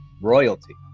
royalty